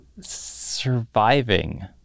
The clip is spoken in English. Surviving